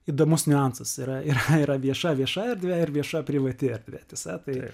įdomus niuansas yra ir yra vieša vieša erdvė ir vieša privati erdvė tiesa tai